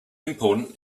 important